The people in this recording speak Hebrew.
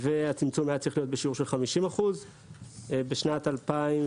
והצמצום היה צריך להיות בשיעור של 50%. בשנת 2021,